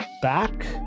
Back